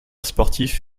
sportif